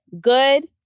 Good